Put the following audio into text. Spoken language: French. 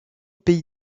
pays